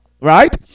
right